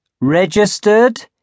Registered